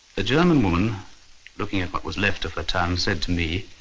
a german woman looking at what was left of her town said to me,